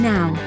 Now